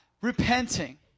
repenting